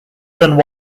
than